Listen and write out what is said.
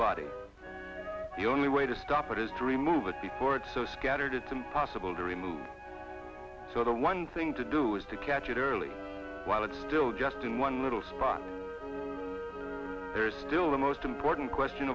body the only way to stop it is three move with the cord so scattered to impossible to remove so the one thing to do is to catch it early while it's still just in one little spot there is still the most important question